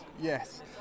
yes